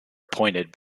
appointed